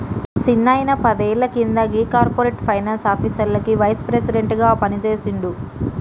మా సిన్నాయిన పదేళ్ల కింద గీ కార్పొరేట్ ఫైనాన్స్ ఆఫీస్లకి వైస్ ప్రెసిడెంట్ గా పనిజేసిండు